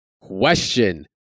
Question